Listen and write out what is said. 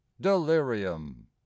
delirium